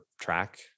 track